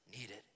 needed